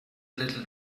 little